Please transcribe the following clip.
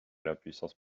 l’impuissance